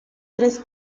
tres